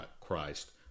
Christ